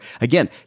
Again